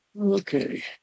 Okay